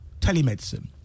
telemedicine